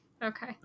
Okay